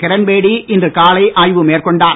கிரண் பேடி இன்று ாலை ஆய்வு மேற் ொண்டார்